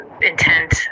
intent